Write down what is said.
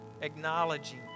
acknowledging